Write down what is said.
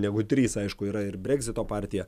negu trys aišku yra ir breksito partija